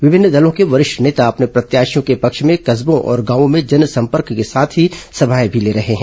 विभिन्न दलों के वरिष्ठ नेता अपने प्रत्याशियों के पक्ष में कस्बों और गावों में जनसंपर्क करने के साथ ही सभाएं भी ले रहे हैं